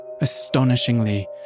astonishingly